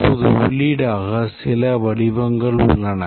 இப்போது உள்ளீடாக சில வடிவங்கள் உள்ளன